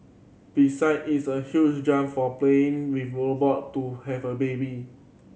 beside it's a huge jump from playing with a robot to have a baby